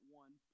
one